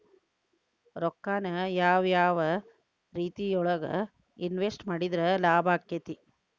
ರೊಕ್ಕಾನ ಯಾವ ಯಾವ ರೇತಿಯೊಳಗ ಇನ್ವೆಸ್ಟ್ ಮಾಡಿದ್ರ ಲಾಭಾಕ್ಕೆತಿ?